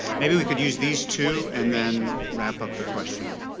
maybe we could use these two and then wrap up the questioning.